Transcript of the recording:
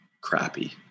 crappy